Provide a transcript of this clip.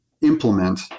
implement